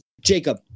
Jacob